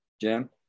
Jim